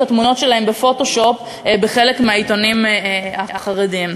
התמונות שלהן ב"פוטושופ" בחלק מהעיתונים החרדיים.